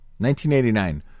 1989